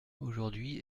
aujourd’hui